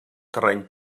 terreny